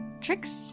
tricks